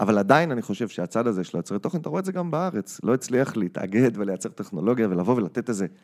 אבל עדיין אני חושב שהצד הזה של היוצרי תוכן אתה רואה את זה גם בארץ, לא הצליח להתאגד ולייצר טכנולוגיה ולבוא ולתת איזה